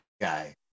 guy